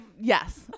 yes